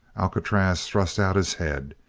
alcatraz thrust out his head.